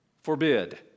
forbid